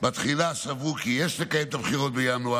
בתחילה סברו כי יש לקיים את הבחירות בינואר,